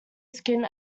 skin